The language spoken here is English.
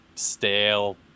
stale